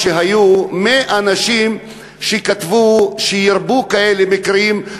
מה שאנשים כתבו: שירבו כאלה מקרים,